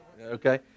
okay